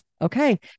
okay